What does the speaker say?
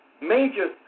major